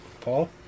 Paul